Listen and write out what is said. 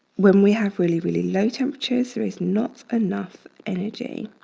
when we have really, really low temperatures, there is not enough energy.